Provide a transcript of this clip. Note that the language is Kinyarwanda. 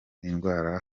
indwara